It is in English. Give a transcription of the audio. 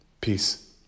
Peace